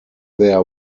their